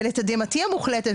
לתדהמתי המוחלטת,